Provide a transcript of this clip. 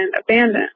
abandoned